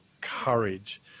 courage